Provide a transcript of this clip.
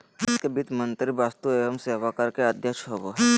भारत के वित्त मंत्री वस्तु एवं सेवा कर के अध्यक्ष होबो हइ